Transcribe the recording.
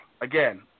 again